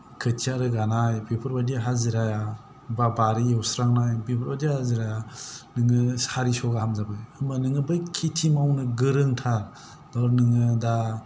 खोथिया रोगानाय बेफोरबायदि हाजिराया एबा बारि एवस्रांनाय बेफोरबादि हाजिरा नोङो सारिस' गाहाम जाबाय होम्बा नोङो बै खेथि मावनो गोरोंथार नोङो दा